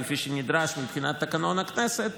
כפי שנדרש מבחינת תקנון הכנסת,